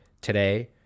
today